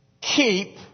keep